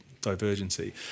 divergency